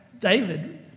David